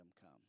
come